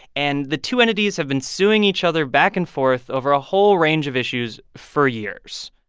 and the two entities have been suing each other back-and-forth over a whole range of issues for years.